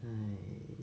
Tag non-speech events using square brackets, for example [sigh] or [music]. [breath]